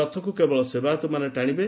ରଥକୁ କେବଳ ସେବାୟତମାନେ ଟାଣିବେ